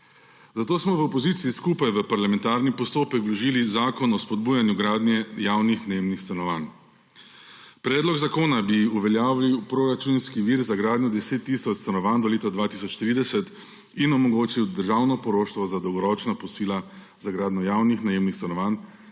Zato smo v opoziciji skupaj v parlamentarni postopek vložili zakon o spodbujanju gradnje javnih najemnih stanovanj. Predlog zakona bi uveljavil proračunski vir za gradnjo 10 tisoč stanovanj do leta 2030 in omogočil državno poroštvo za dolgoročna posojila za gradnjo javnih najemnih stanovanj